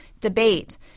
debate